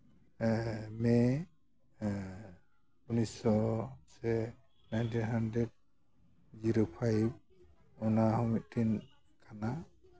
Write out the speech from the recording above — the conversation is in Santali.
ᱢᱮ ᱩᱱᱤᱥᱥᱚ ᱥᱮ ᱱᱟᱭᱤᱱᱴᱤ ᱦᱟᱱᱰᱨᱮᱰ ᱡᱤᱨᱳ ᱯᱷᱟᱭᱤᱵᱷ ᱚᱱᱟᱦᱚᱸ ᱢᱤᱫᱴᱮᱱ ᱠᱟᱱᱟ